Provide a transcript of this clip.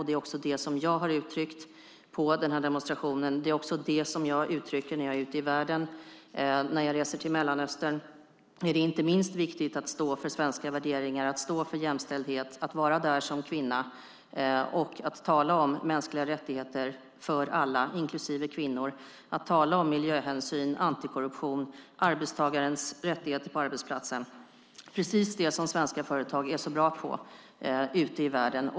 Det är också detta som jag har uttryckt vid demonstrationen, och det är det som jag uttrycker när jag är ute i världen. När jag reser till Mellanöstern är det inte minst viktigt att stå för svenska värderingar, att stå för jämställdhet, att vara där som kvinna, att tala om mänskliga rättigheter för alla, inklusive kvinnor, och att tala om miljöhänsyn, antikorruption och arbetstagarens rättigheter på arbetsplatsen. Det är precis detta som svenska företag är så bra på ute i världen.